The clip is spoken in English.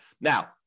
Now